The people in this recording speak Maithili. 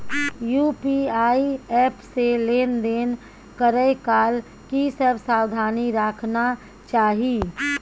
यु.पी.आई एप से लेन देन करै काल की सब सावधानी राखना चाही?